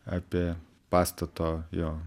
apie pastato jo